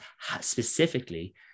specifically